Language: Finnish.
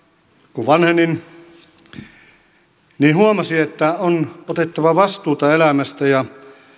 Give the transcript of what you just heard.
kun vanhenin huomasin että on otettava vastuuta elämästä ja